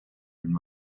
and